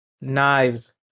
knives